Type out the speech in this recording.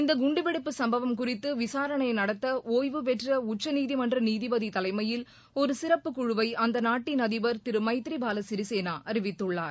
இந்த குண்டுவெடிப்பு சும்பவம் குறித்து விசாரணை நடத்த ஒய்வு பெற்ற உச்சநீதிமன்ற நீதிபதி தலைமையில் ஒரு சிறப்பு குழுவை அந்த நாட்டின் அதிபர் திரு மைத்ரி பால சிறிசேனா அறிவித்துள்ளார்